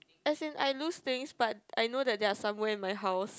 as in I lose things but I know that they are somewhere in my house